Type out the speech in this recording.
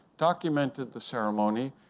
documented the ceremony.